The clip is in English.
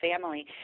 family